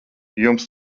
jums